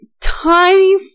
tiny